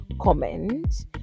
comment